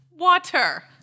Water